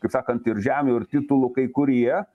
kaip sakant ir žemių ir titulų kai kurie